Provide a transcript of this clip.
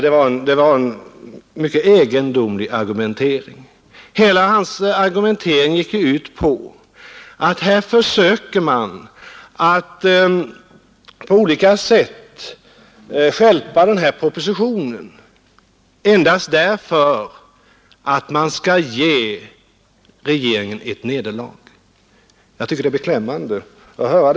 Det var en mycket egendomlig argumentering han förde. Den gick ut på att man här på olika sätt försöker stjälpa propositionen bara för att ge regeringen ett nederlag. Jag tycker det är beklämmande att höra.